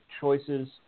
choices